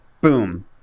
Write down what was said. boom